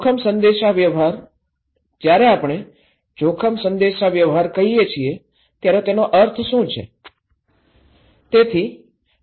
જોખમ સંદેશાવ્યવહાર જ્યારે આપણે જોખમ સંદેશાવ્યવહાર કહીએ છીએ ત્યારે તેનો શું અર્થ છે